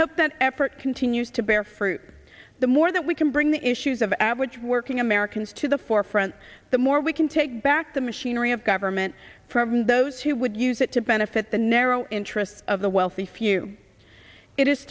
hope that effort continues to bear fruit the more that we can bring the issues of average working americans to the forefront the more we can take back the machinery of government from those who would use it to benefit the narrow interests of the wealthy few it is